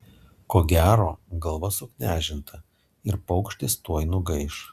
ko gero galva suknežinta ir paukštis tuoj nugaiš